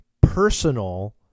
personal